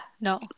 no